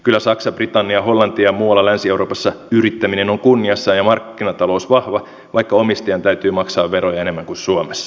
kyllä saksassa britanniassa hollannissa ja muualla länsi euroopassa yrittäminen on kunniassaan ja markkinatalous vahva vaikka omistajan täytyy maksaa veroja enemmän kuin suomessa